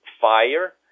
fire